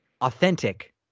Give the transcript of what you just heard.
Authentic